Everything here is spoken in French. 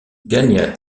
gagna